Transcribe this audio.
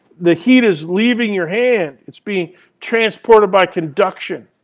the heat is leaving your hand. it's being transported by conduction.